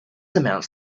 amounts